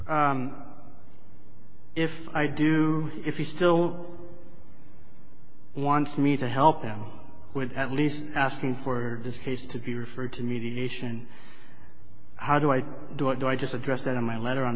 if if i do if he still wants me to help him with at least asking for this case to be referred to mediation how do i do it do i just addressed that in my letter on